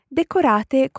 decorate